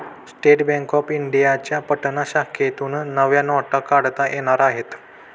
state bank of इंडियाच्या पटना शाखेतून नव्या नोटा काढता येणार आहेत